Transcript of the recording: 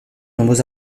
nombreux